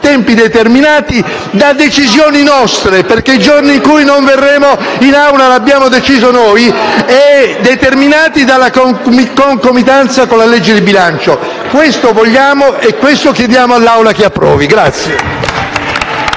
Tempi determinati da decisioni nostre, perché il giorno in cui non verremo in Aula lo abbiamo deciso noi, e dalla concomitanza con la legge di bilancio. Questo vogliamo e questo chiediamo che l'Assemblea approvi.